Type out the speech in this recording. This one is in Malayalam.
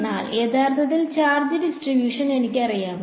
എന്നാൽ യഥാർത്ഥത്തിൽ ചാർജ് ഡിസ്ട്രിബ്യൂഷൻ എനിക്ക് അറിയാമോ